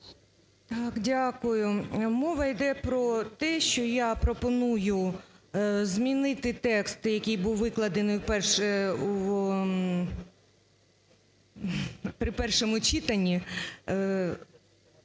Т.Л. Дякую. Мова йде про те, що я пропоную змінити текст, який був викладений при першому читанні,